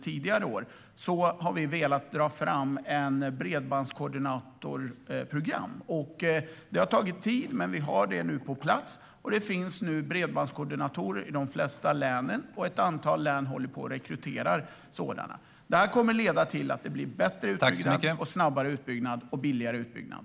Vi har velat dra fram ett bredbandskoordinatorprogram, och det har tagit tid, men nu har vi det på plats. Det finns nu bredbandskoordinatorer i de flesta län. Ett antal län håller på att rekrytera sådana. Detta kommer att leda till ett bättre utnyttjande och snabbare och billigare utbyggnad.